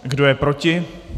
Kdo je proti?